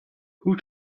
who